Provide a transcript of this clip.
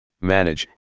manage